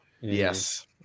yes